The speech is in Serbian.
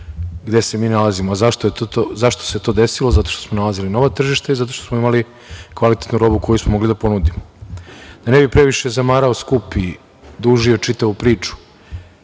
gde se mi nalazimo. Zašto se to desilo? Zato što smo nalazili nova tržišta i zato što smo imali kvalitetnu robu koju smo mogli da ponudimo. Da ne bih previše zamarao skup i dužio čitavu priču,